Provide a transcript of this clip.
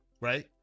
right